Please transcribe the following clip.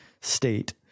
state